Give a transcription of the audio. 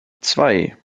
zwei